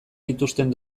dituzten